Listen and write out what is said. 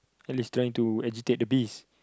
and it's trying to agitate the bees